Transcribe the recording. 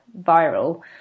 viral